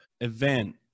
event